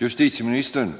Herr talman!